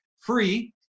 free